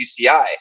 UCI